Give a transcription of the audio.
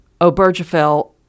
Obergefell